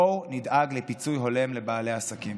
בואו נדאג לפיצוי הולם לבעלי העסקים.